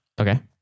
Okay